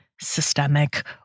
systemic